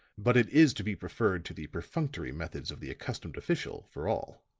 but it is to be preferred to the perfunctory methods of the accustomed official, for all.